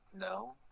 No